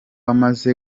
amaze